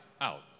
out